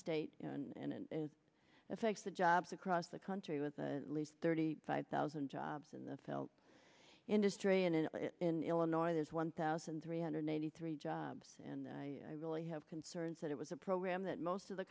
state and it affects the jobs across the country with the least thirty five thousand jobs in the film industry and in illinois there's one thousand three hundred eighty three jobs and i really have concerns that it was a program that most of the